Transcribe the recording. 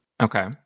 Okay